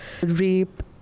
rape